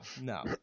No